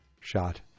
shot